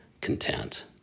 content